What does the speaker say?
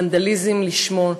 ונדליזם לשמו,